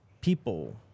people